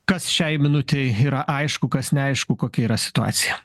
kas šiai minutei yra aišku kas neaišku kokia yra situacija